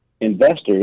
investors